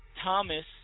Thomas